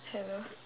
hello